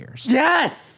yes